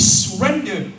surrender